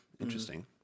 Interesting